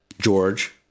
George